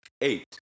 Eight